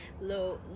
low